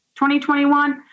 2021